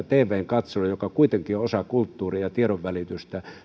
tvn katselussa joka kuitenkin on osa kulttuuria ja tiedonvälitystä